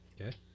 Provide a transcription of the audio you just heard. Okay